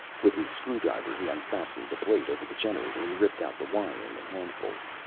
with his screwdriver he unfastened the plate over the generator and ripped out the wiring in handfuls.